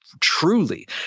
Truly